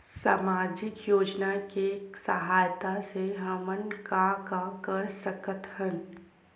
सामजिक योजना के सहायता से हमन का का कर सकत हन?